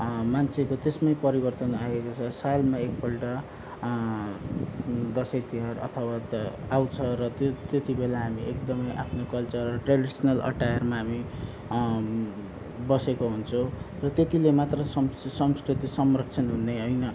मान्छेको त्यसमै परिवर्तन आएको छ सालमा एकपल्ट दसैँ तिहार अथवा आउँछ र त्यति बेला हामी एकदमै आफ्नो कल्चर ट्रेडिसनल अँटाएरमा हामी बसेको हुन्छौँ र त्यतिले मात्र संस संस्कृति संरक्षण हुने होइन